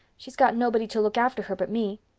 she's got nobody to look after her but me.